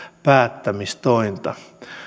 päättämistointa